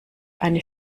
eine